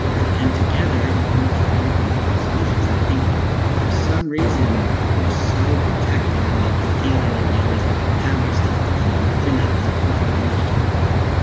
and end up together, you end up finding really great solutions. and i think for some reason we're so protective about feeling like we always have our stuff together and putting out this perfect image to the world.